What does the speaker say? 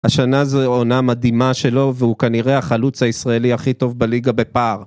השנה זו עונה מדהימה שלו והוא כנראה החלוץ הישראלי הכי טוב בליגה בפער